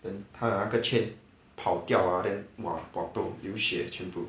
then 他的那个 chain 跑掉 ah then !wah! pua toh 流血全部